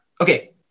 okay